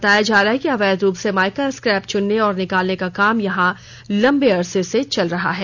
बताया जाता है कि वहां अवैध रूप से माईका स्क्रैप चुनने और निकालने का काम लंबे अरसे से चल रहा है